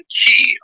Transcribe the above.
key